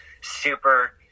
super